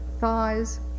thighs